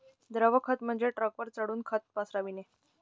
द्रव खत म्हणजे ट्रकवर चढून खत पसरविणे